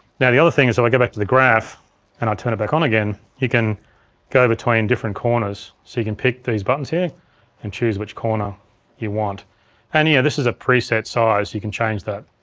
now the other thing is, when so i go back to the graph and i turn it back on again you can go between different corners, so you can pick these buttons here and choose which corner you want and yeah this is a preset size, so you can change that.